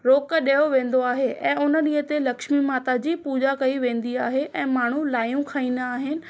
रोक ॾियो वेंदो आहे ऐं हुन ॾींहं ते लक्ष्मी माता जी पूॼा कई वेंदी आहे ऐं माण्हू लाइयूं खाईंदा आहिनि